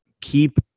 keep